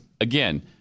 again